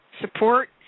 support